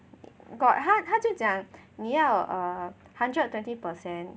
got 他就讲你要 err hundred twenty per cent